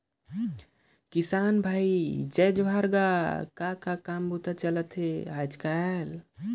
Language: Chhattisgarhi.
किसान भाई जय जोहार गा, का का काम बूता चलथे आयज़ कायल?